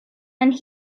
and